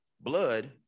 blood